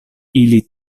ili